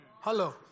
Hello